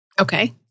Okay